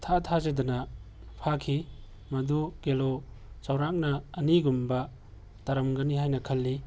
ꯏꯊꯥ ꯊꯥꯖꯗꯅ ꯐꯥꯈꯤ ꯃꯗꯨ ꯀꯦꯂꯣ ꯆꯥꯎꯔꯥꯛꯅ ꯑꯅꯤꯒꯨꯝꯕ ꯇꯥꯔꯝꯒꯅꯤ ꯍꯥꯏꯅ ꯈꯜꯂꯤ